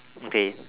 okay